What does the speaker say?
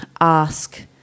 Ask